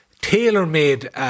tailor-made